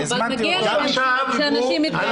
אבל אנחנו לא רוצים לחלום דברים שאנחנו לא יכולים ליישם אותם.